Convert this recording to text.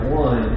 one